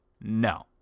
no